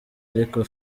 ariko